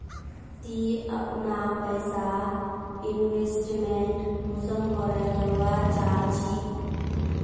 ती अपना पैसा इन्वेस्टमेंट कुंसम करे करवा चाँ चची?